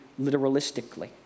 literalistically